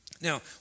Now